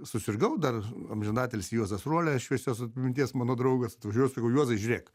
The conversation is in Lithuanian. susirgau dar amžinatilsį juozas ruolia šviesios atminties mano draugas atvažiuoju sakau juozai žiūrėk